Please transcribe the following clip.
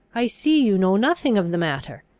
i see you know nothing of the matter!